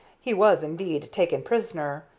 he was indeed taken prisoner,